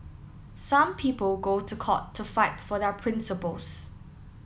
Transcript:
some people go to court to fight for their principles